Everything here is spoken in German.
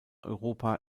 europa